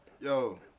Yo